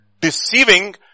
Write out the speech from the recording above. deceiving